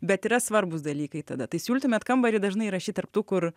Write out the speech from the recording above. bet yra svarbūs dalykai tada tai siūlytumėt kambarį dažnai rašyt tarp tų kur